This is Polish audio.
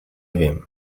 wiem